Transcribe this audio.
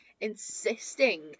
insisting